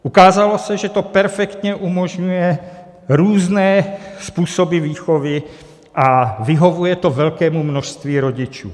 Ukázalo se, že to perfektně umožňuje různé způsoby výchovy a vyhovuje to velkému množství rodičů.